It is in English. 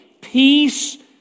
Peace